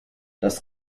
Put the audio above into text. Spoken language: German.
das